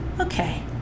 Okay